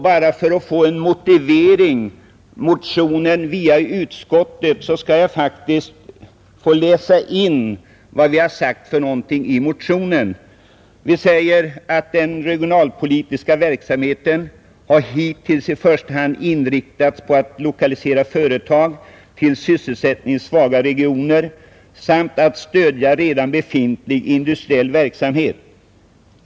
Bara för att få en motivering ber jag att få läsa in vad vi säger i motionen: ”Den regionalpolitiska verksamheten har hittills i första hand inriktats på att lokalisera företag till sysselsättningssvaga regioner, samt att stödja redan befintlig industriell verksamhet.